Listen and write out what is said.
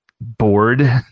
bored